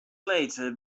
later